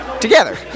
Together